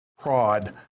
prod